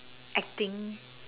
acting